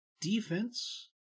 Defense